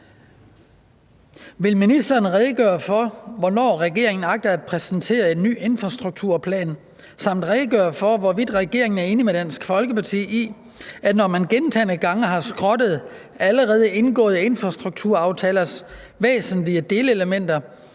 Vil ministeren redegøre for, hvornår regeringen agter at præsentere en ny infrastrukturplan, samt redegøre for, hvorvidt regeringen er enig med Dansk Folkeparti i, at når man gentagne gange har skrottet allerede indgåede infrastrukturaftalers væsentlige delelementer,